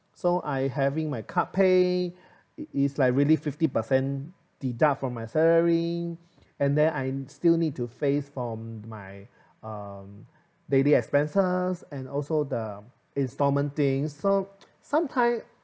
so I having my cut pay is like really fifty percent deduct from my salary and then I still need to face for um daily expenses and also the installment thing so sometime